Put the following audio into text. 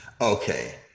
Okay